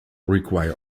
require